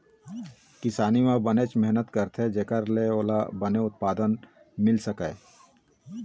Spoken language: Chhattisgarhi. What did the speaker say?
किसानी म बनेच मेहनत करथे जेखर ले ओला बने उत्पादन मिल सकय